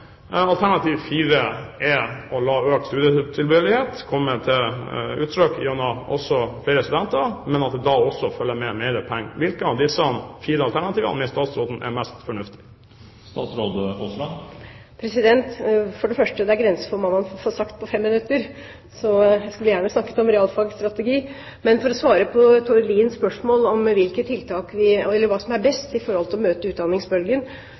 er å la økt studietilbøyelighet komme til uttrykk gjennom flere studenter, men at det da følger med mer penger. Hvilken av disse fire alternativene mener statsråden er mest fornuftig? For det første: Det er grenser for hva man får sagt på fem minutter. Jeg skulle gjerne ha snakket om realfagstrategi. Men for å svare på Tord Liens spørsmål om hva som er best for å møte utdanningsbølgen,